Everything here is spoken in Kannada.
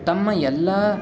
ತಮ್ಮ ಎಲ್ಲ